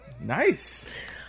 Nice